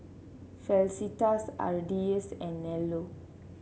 Felicitas Ardyce and Nello